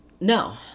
No